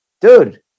dude